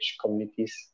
communities